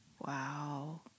Wow